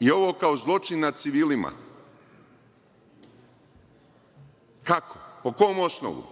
i ovo kao zločin nad civilima. Kako? Po kom osnovu?